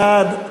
בעד,